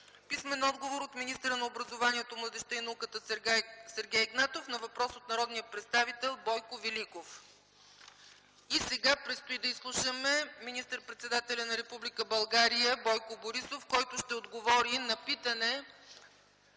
Писмен отговор от министъра на образованието, младежта и науката Сергей Игнатов на въпрос от народния представител Бойко Великов. Сега предстои да изслушаме министър-председателя на Република България Бойко Борисов, който ще отговори на питане